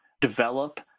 develop